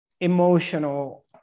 emotional